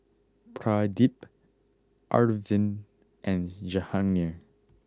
Pradip Arvind and Jahangir